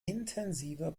intensiver